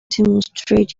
demonstrate